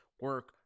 Work